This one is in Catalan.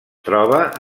troba